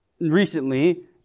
recently